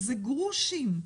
זה גרושים.